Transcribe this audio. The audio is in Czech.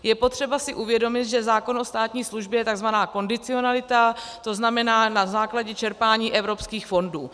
Je potřeba si uvědomit, že zákon o státní službě, tzv. kondicionalita, to znamená na základě čerpání evropských fondů.